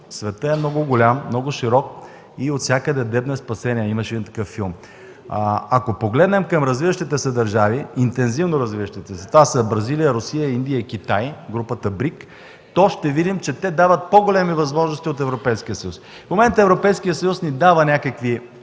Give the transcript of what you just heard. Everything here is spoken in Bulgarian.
Светът е много голям, много широк и отвсякъде дебне спасение! Имаше един такъв филм. Ако погледнем към развиващите се държави, интензивно развиващите се, а това са Бразилия, Русия, Индия и Китай, Групата БРИК, то ще видим, че те дават по-големи възможности от Европейския съюз. В момента Европейският съюз ни дава някакви